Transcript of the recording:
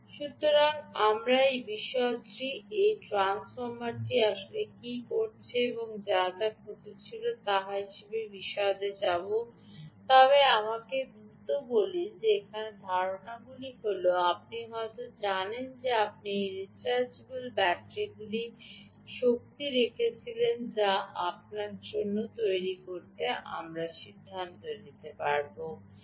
সুতরাং আমরা এই বিশদটি এই ট্রান্সফর্মারটি আসলে কী করছে এবং যা যা ঘটেছিল তা হিসাবে বিশদে যাব তবে আমাকে দ্রুত বলি যে এখানে ধারণাটি হল আপনি হয়ত জানেন যে আপনি এই রিচার্জেবল ব্যাটারিতে শক্তি রেখেছিলেন বা আপনি আসলে অন্যটি তৈরি করতে পারেন সিদ্ধান্ত আমি ব্যবহার করব